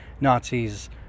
Nazis